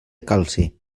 calci